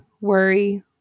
worry